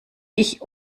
ich